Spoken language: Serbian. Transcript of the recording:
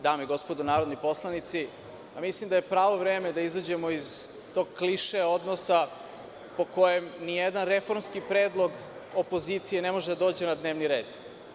Dame i gospodo narodni poslanici, mislim da je pravo vreme da izađemo iz tog kliše odnosa po kojem ni jedan reformski predlog opozicije ne može da dođe na dnevni red.